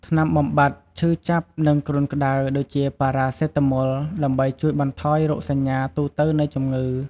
ថ្នាំបំបាត់ឈឺចាប់ និងគ្រុនក្តៅ ដូចជា ប៉ារ៉ាសេតាម៉ុល ដើម្បីជួយបន្ថយរោគសញ្ញាទូទៅនៃជំងឺ។